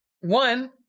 one